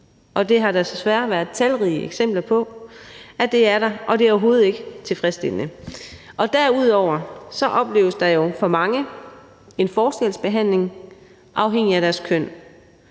og det har der altså desværre været talrige eksempler på at det er. Og det er overhovedet ikke tilfredsstillende. Derudover opleves der jo af mange en forskelsbehandling på grund af deres køn,